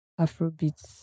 Afrobeats